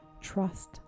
trust